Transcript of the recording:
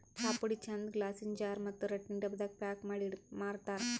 ಚಾಪುಡಿ ಚಂದ್ ಗ್ಲಾಸಿನ್ ಜಾರ್ ಮತ್ತ್ ರಟ್ಟಿನ್ ಡಬ್ಬಾದಾಗ್ ಪ್ಯಾಕ್ ಮಾಡಿ ಮಾರ್ತರ್